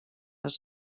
els